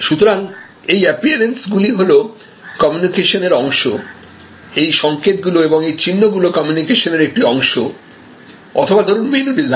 সুতরাং এই অ্যাপিয়ারেন্স গুলি হলো কমিউনিকেশনের অংশ এই সংকেত গুলো এবং এই চিহ্ন গুলো কমিউনিকেশন এর একটি অংশ অথবা ধরুন মেনু ডিজাইন